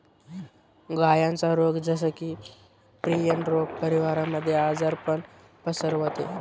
गायांचा रोग जस की, प्रियन रोग परिवारामध्ये आजारपण पसरवते